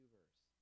verse